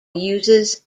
uses